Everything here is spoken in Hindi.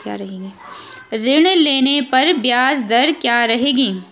ऋण लेने पर ब्याज दर क्या रहेगी?